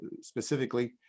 specifically